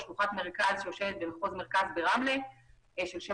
שלוחת מרכז שיושבת במחוז מרכז ברמלה ושלוחת